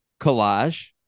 Collage